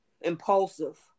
impulsive